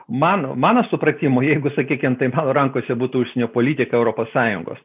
mano mano supratimu jeigu sakykim taip rankose būtų užsienio politika europos sąjungos